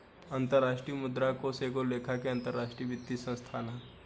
अंतरराष्ट्रीय मुद्रा कोष एगो लेखा के अंतरराष्ट्रीय वित्तीय संस्थान ह